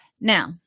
Now